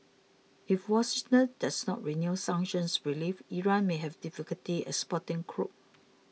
if Washington does not renew sanctions relief Iran may have difficulty exporting crude